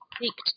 Peaked